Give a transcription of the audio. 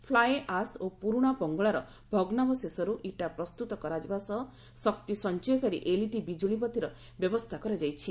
fly ash ଓ ପୁରୁଣା ବଙ୍ଗଳାର ଭଗ୍ନାବଶେଷରୁ ଇଟା ପ୍ରସ୍ତୁତ କରାଯିବା ସହ ଶକ୍ତି ସଞ୍ଚୟକାରୀ ଏଲ୍ଇଡି ବିଜୁଳି ବତିର ବ୍ୟବସ୍ଥା କରାଯାଇଛି